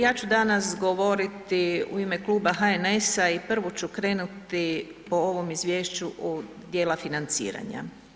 Ja ću danas govoriti u ime Kluba HNS-a i prvo ću krenuti po ovom izvješću u dijela financiranja.